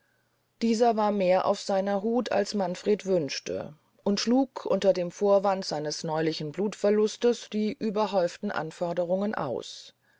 dieser war mehr auf seiner hut als manfred wünschte und schlug unter dem vorwande seines neulichen blutverlustes die überhäuften anforderungen aus